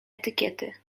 etykiety